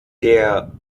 der